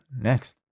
next